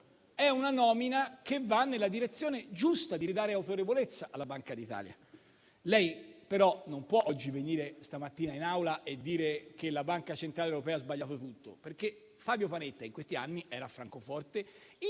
è una nomina che va nella direzione giusta, quella di ridare autorevolezza alla Banca d'Italia. Lei però non può venire stamattina in Aula e dire che la Banca centrale europea ha sbagliato tutto, perché Fabio Panetta in questi anni era a Francoforte,